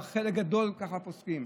חלק גדול ככה פוסקים,